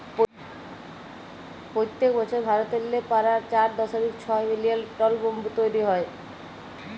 পইত্তেক বসর ভারতেল্লে পারায় চার দশমিক ছয় মিলিয়ল টল ব্যাম্বু তৈরি হ্যয়